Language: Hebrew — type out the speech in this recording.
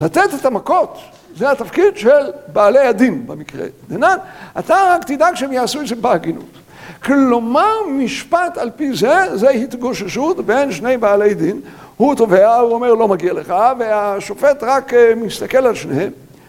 לתת את המכות זה התפקיד של בעלי הדין במקרה דנן, אתה רק תדאג שהם יעשו את זה בהגינות. כלומר משפט על פי זה, זה התגוששות בין שני בעלי דין, הוא תובע, הוא אומר לא מגיע לך והשופט רק מסתכל על שניהם.